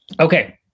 okay